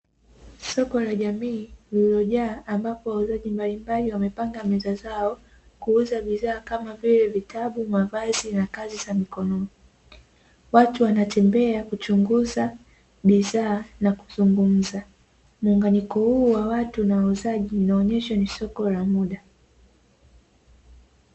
Soko la jamii lililojaa ,ambapo wauzaji mbalimbali wamepanga meza zao kuuza bidhaa kama vile vitabu, mavazi, na kazi za mikono. Watu wanatembea kuchunguza bidhaa na kuzungumza. Muunganiko huu wa watu na wauzaji inaonyesha ni soko la muda.